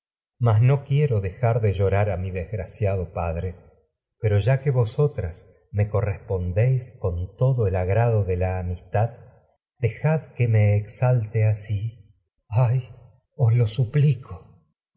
mas no dejar de llorar vosotras me mi desgraciado padre con pero ya correspondéis que me todo ay el agrado de la amistad dejad os exalte asi ay lo suplico